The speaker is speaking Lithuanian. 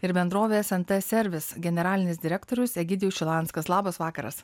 ir bendrovės nt servis generalinis direktorius egidijus šilanskas labas vakaras